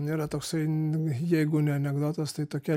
yra toksai ne jeigu ne anekdotas tai tokia